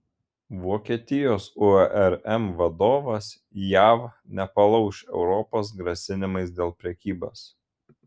vokietijos urm vadovas jav nepalauš europos grasinimais dėl prekybos